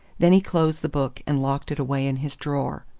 then he closed the book and locked it away in his drawer.